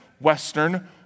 Western